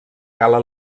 gala